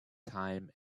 time